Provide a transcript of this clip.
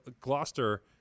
Gloucester